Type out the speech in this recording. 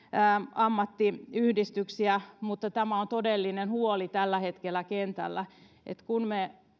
ammattiyhdistys mutta tämä on todellinen huoli tällä hetkellä kentällä koska me